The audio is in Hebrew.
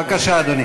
בבקשה, אדוני.